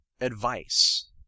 advice